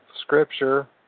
Scripture